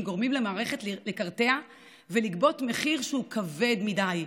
גורמים למערכת לקרטע ולגבות מחיר שהוא כבד מדי,